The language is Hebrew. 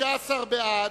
15 בעד,